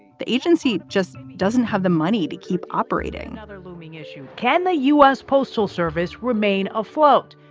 the agency just doesn't have the money to keep operating other looming issue, can the u s. postal service remain afloat?